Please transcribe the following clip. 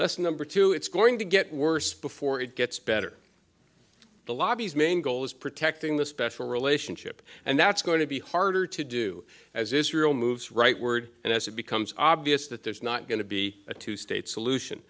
that's number two it's going to get worse before it gets better the lobby's main goal is protecting the special relationship and that's going to be harder to do as israel moves right word and as it becomes obvious that there's not going to be a two state solution